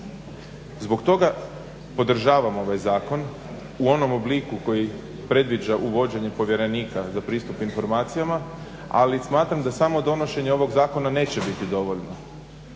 Zbog toga podržavam ovaj zakon u onom obliku koji predviđa uvođenje povjerenika za pristup informacijama, ali smatram da samo donošenje ovog zakona neće biti dovoljno,